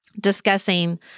discussing